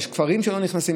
יש כפרים שלא נכנסים,